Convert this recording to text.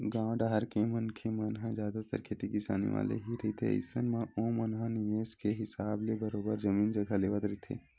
गाँव डाहर के मनखे मन ह जादतर खेती किसानी वाले ही रहिथे अइसन म ओमन ह निवेस के हिसाब ले बरोबर जमीन जघा लेवत रहिथे